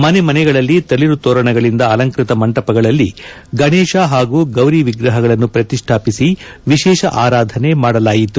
ಮನೆ ಮನೆಗಳಲ್ಲಿ ತಳಿರು ತೋರಣಗಳಿಂದ ಅಲಂಕೃತ ಮಂಟಪಗಳಲ್ಲಿ ಗಣೇತ ಹಾಗೂ ಗೌರಿ ವಿಗ್ರಹಗಳನ್ನು ಪ್ರತಿಷ್ಠಾಪಿಸಿ ವಿಶೇಷ ಆರಾಧನೆ ಮಾಡಲಾಯಿತು